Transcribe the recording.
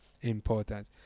important